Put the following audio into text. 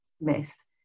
missed